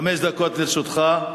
חמש דקות לרשותך.